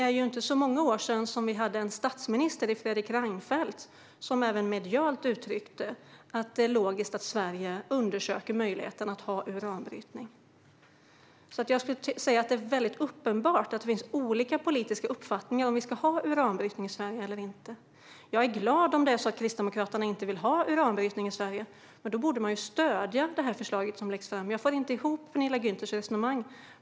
För inte särskilt många år sedan hade vi en statsminister, Fredrik Reinfeldt, som även i medierna uttryckte att det är logiskt att Sverige undersöker möjligheten att ha uranbrytning. Jag tycker att det är uppenbart att det finns olika politiska uppfattningar huruvida vi ska ha uranbrytning i Sverige eller inte. Jag är glad om Kristdemokraterna inte vill ha uranbrytning i Sverige, men då borde de stödja det förslag som läggs fram. Jag får inte ihop Penilla Gunthers resonemang.